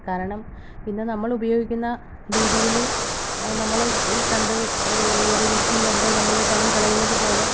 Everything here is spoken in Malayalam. കാരണം പിന്നെ നമ്മൾ ഉപയോഗിക്കുന്ന രീതിയിൽ നമ്മൾ ഈ കണ്ട് റീൽസും കണ്ട് നമ്മൾ ടൈം കളയുന്നത് പോലെ